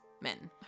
men